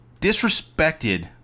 disrespected